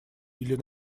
или